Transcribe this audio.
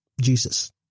Jesus